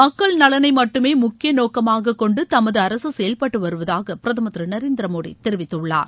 மக்கள் நலனை மட்டுமே முக்கிய நோக்கமாக கொண்டு தமது அரசு செயல்பட்டு வருவதாக பிரதமர் திரு நரேந்திர மோடி தெரிவித்துள்ளார்